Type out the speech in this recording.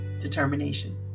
determination